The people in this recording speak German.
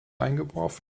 eingeworfen